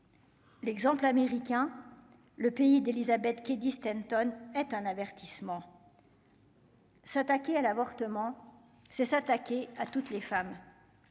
L'exemple américain, le pays d'Elizabeth qui distingue tonnes est un avertissement. S'attaquer à l'avortement, c'est s'attaquer à toutes les femmes